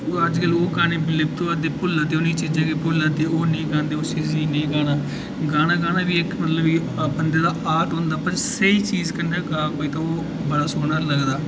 अज्जकल ओह् गाने विलुप्त होआ दे भु'ल्ला दे उ'नें चीज़ें गी भु'ल्ला दे ओह् नेईं गांदे उस चीज़े गी नेईं गांदे गाना गाना बी इक मतलब की बंदे दा आर्ट होंदा पर स्हेई चीज़ कन्नै गा कोई ते ओह् बड़ा सोह्ना लगदा